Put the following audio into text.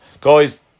guys